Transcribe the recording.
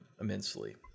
immensely